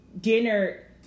dinner